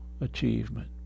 achievement